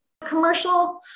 commercial